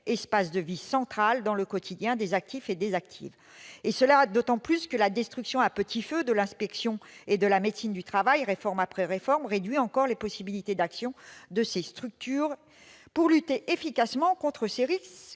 espace de vie central au quotidien. J'ajoute que la destruction à petit feu de l'inspection et de la médecine du travail, réforme après réforme, réduit encore les possibilités d'action de ces structures pour lutter efficacement contre les risques